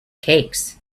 cakes